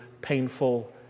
painful